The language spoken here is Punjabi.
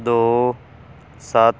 ਦੋ ਸੱਤ